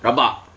rabak